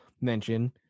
mention